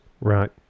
Right